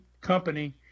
company